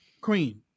Queen